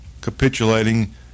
capitulating